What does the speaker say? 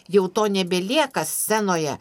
jau to nebelieka scenoje